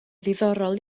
ddiddorol